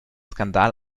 skandal